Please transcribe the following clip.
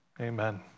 Amen